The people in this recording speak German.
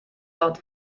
laut